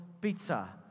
pizza